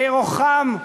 לירוחם,